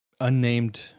unnamed